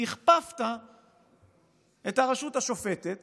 הכפפת את הרשות השופטת